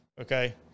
Okay